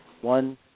one